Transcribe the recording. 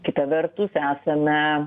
kita vertus esame